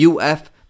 UF